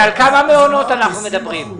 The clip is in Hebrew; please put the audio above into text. על כמה מעונות אנחנו מדברים?